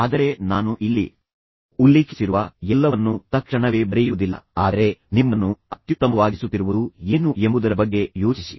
ಆದರೆ ನಾನು ಇಲ್ಲಿ ಉಲ್ಲೇಖಿಸಿರುವ ಎಲ್ಲವನ್ನೂ ನೀವು ತಕ್ಷಣವೇ ಬರೆಯುವುದಿಲ್ಲ ಆದರೆ ನಿಮ್ಮನ್ನು ಅತ್ಯುತ್ತಮವಾಗಿಸುತ್ತಿರುವುದು ಏನು ಎಂಬುದರ ಬಗ್ಗೆ ಯೋಚಿಸಿ